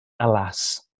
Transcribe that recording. alas